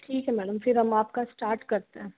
ठीक है मैडम फिर हम आपका स्टार्ट करते हैं